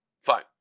Fine